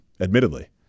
admittedly